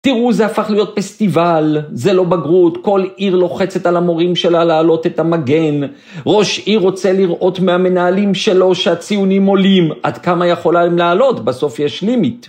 תראו זה הפך להיות פסטיבל, זה לא בגרות, כל עיר לוחצת על המורים שלה לעלות את המגן. ראש עיר רוצה לראות מהמנהלים שלו שהציונים עולים, עד כמה יכולה להם לעלות, בסוף יש LIMIT.